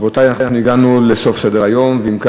בעד, 10, אין מתנגדים ואין נמנעים.